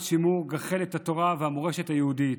שימור גחלת התורה והמורשת היהודית.